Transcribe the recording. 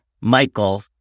Michael